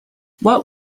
what